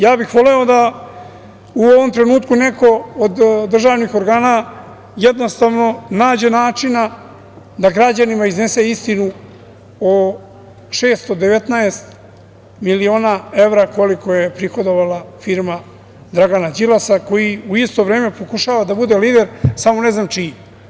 Ja bih voleo da u ovom trenutku neko od državnih organa jednostavno nađe načina da građanima iznese istinu o 619 miliona evra, koliko je prihodovala firma Dragana Đilasa, koji u isto vreme pokušava da bude lider, samo ne znam čiji.